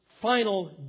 final